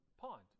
pond